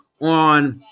On